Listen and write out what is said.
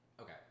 Okay